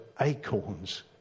acorns